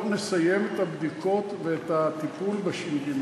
אנחנו לא נסיים את הבדיקות ואת התיקון בש"ג.